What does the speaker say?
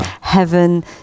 Heaven